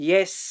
Yes